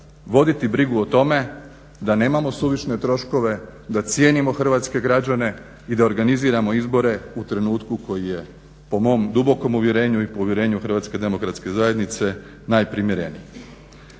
voditi brigu o tome da nemamo suvišne troškove, da cijenimo hrvatske građane i da organiziramo izbore u trenutku koji je po momo dubokom uvjerenju i povjerenju HDZ-a najprimjereniji.